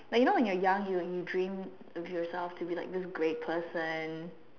like you know when you're young you you dream of yourself to be like this great person